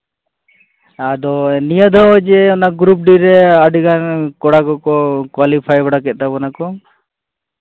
ᱟᱫᱚ ᱱᱤᱭᱟᱹ ᱫᱚ ᱡᱮ ᱚᱱᱟ ᱜᱨᱩᱯ ᱰᱤ ᱨᱮ ᱟᱹᱰᱤ ᱜᱟᱱ ᱠᱚᱲᱟ ᱠᱚ ᱠᱚ ᱠᱳᱣᱟᱞᱤᱯᱷᱟᱭ ᱵᱟᱲᱟ ᱠᱮᱫ ᱛᱟᱵᱚᱱᱟ ᱠᱚ